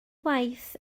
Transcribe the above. waith